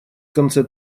конце